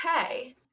okay